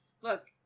look